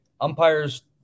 umpires